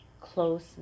close